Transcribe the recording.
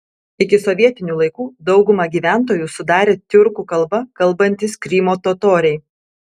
iki sovietinių laikų daugumą gyventojų sudarė tiurkų kalba kalbantys krymo totoriai